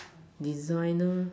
designer